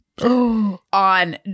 on